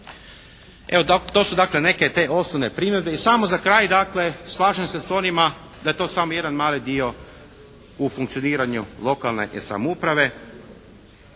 Evo to su dakle neke te osnovne primjedbe. I samo za kraj dakle slažem se s onima da je to samo jedan mali dio u funkcioniranju lokalne i samouprave.